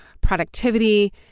productivity